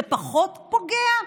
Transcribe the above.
זה פחות פוגע?